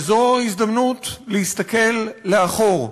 וזו ההזדמנות להסתכל לאחור,